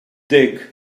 dig